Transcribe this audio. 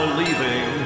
leaving